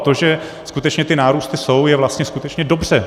A to, že skutečně ty nárůsty jsou, je vlastně skutečně dobře.